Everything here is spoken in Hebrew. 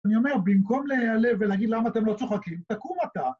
אני אומר, במקום להיעלב ולהגיד למה אתם לא צוחקים, תקום אתה.